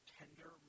tender